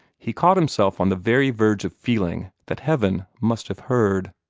he caught himself on the very verge of feeling that heaven must have heard.